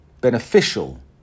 beneficial